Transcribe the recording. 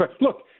Look